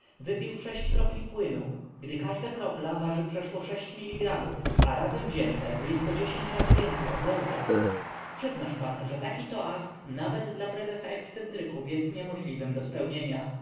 wypił sześć kropli płynu gdy każda kropla waży przeszło sześć miligramów a razem wzięte blizko dziesięć razy więcej od lorda przyznasz pan że taki toast nawet dla prezesa ekscentryków jest niemożliwym do spełnienia